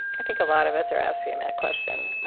i think a lot of us are asking that question.